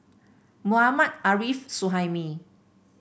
Mohammad Arif Suhaimi